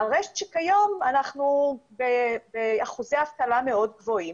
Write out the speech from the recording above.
הרי שכיום אנחנו באחוזי אבטלה מאוד גבוהים